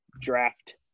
draft